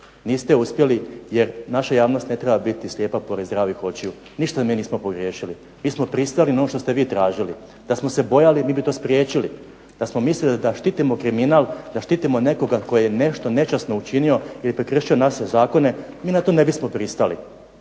Niste uspjeli jer naša javnost ne treba biti slijepa pored zdravih očiju. Ništa mi nismo pogriješili, mi smo pristali na ono što ste vi tražili. Da smo se bojali mi bi to spriječili, da smo mislili da štitimo kriminal, da štitimo nekoga tko je nešto nečasno učinio ili prekršio naše zakone mi na to ne bismo pristali.